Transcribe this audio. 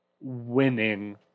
winning